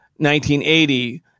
1980